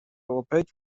اوپک